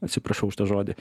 atsiprašau už tą žodį